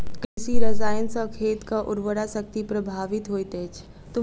कृषि रसायन सॅ खेतक उर्वरा शक्ति प्रभावित होइत अछि